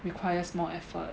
requires more effort